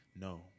No